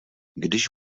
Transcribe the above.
když